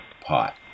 pot